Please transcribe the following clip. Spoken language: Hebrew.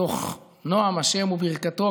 מתוך נועם ה' וברכתו,